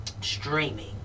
streaming